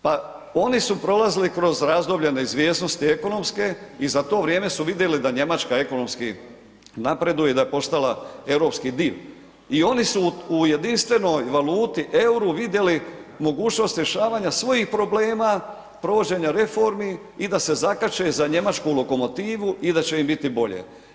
Pa oni su prolazili kroz razdoblje neizvjesnosti ekonomske i za to vrijeme su vidjeli da Njemačka ekonomski napreduje i da je postala europski dio i oni su u jedinstvenoj valuti, euru vidjeli mogućnost rješavanja svojih problema provođenja reformi i da se zakače za njemačku lokomotivu i da će im biti bolje.